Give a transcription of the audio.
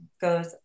goes